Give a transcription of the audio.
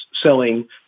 selling